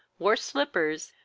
wore slippers,